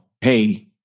Hey